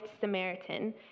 Samaritan